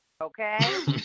Okay